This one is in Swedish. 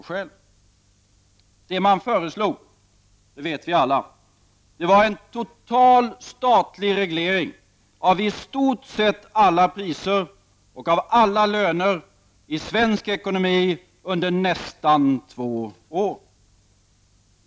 Det som regeringen föreslog, det vet vi alla, var en total statlig reglering av i stort sett alla priser och av alla löner i svensk ekonomi under nästan två år.